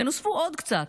ונוספו עוד קצת,